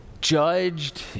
judged